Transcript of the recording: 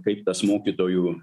kaip tas mokytojų